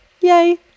Yay